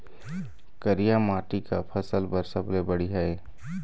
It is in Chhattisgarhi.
करिया माटी का फसल बर सबले बढ़िया ये?